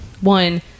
one